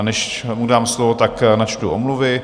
Než mu dám slovo, načtu omluvy.